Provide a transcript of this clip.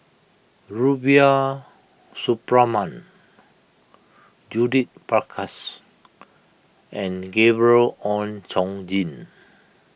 Rubiah Suparman Judith Prakash and Gabriel Oon Chong Jin